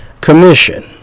commission